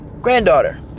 granddaughter